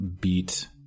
beat